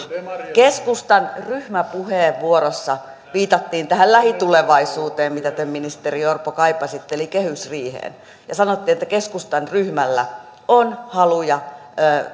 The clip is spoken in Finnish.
keskustan ryhmäpuheenvuorossa viitattiin tähän lähitulevaisuuteen mitä te ministeri orpo kaipasitte eli kehysriiheen sanoitte että keskustan ryhmällä on haluja